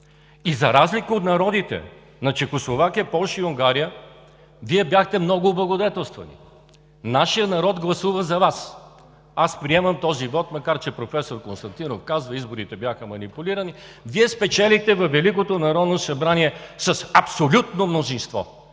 За разлика от народите на Чехословакия, Полша и Унгария Вие бяхте много облагодетелствани. Нашият народ гласува за Вас. Приемам този вот, макар че професор Константинов казва: „Изборите бяха манипулирани“. Вие спечелихте във Великото народно събрание с абсолютно мнозинство